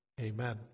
Amen